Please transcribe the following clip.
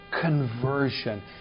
conversion